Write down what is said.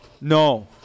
No